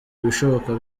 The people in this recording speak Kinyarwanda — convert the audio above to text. ibishoboka